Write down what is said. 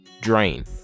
drain